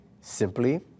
Simply